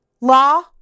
law